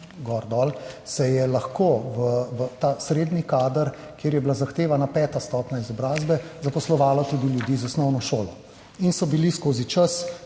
se je lahko v ta srednji kader, kjer je bila zahtevana peta stopnja izobrazbe, zaposlovalo tudi ljudi z osnovno šolo. In so skozi čas,